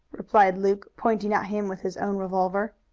replied luke, pointing at him with his own revolver.